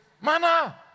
mana